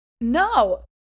No